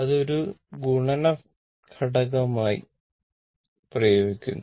അത് ഒരു ഗുണന ഘടകമായി പ്രയോഗിക്കുന്നു